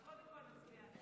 אבל קודם כול נצביע.